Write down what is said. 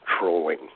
trolling